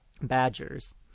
badgers